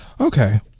Okay